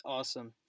Awesome